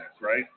right